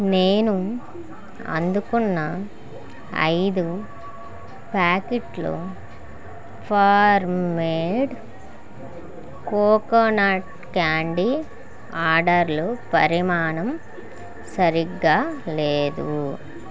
నేను అందుకున్న ఐదు ప్యాకెట్లు ఫార్మేడ్ కోకోనట్ క్యాండి ఆర్డర్ లో పరిమాణం సరిగ్గా లేదు